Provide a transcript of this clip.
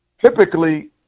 typically